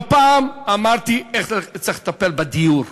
לא פעם אמרתי איך צריך לטפל בדיור.